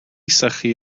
sychu